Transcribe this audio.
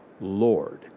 Lord